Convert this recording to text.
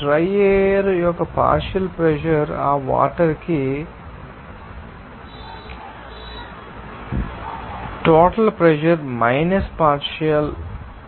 dry air యొక్క partial pressure ఆ water కి టోటల్ ప్రెషర్ మైనస్ పార్షియల్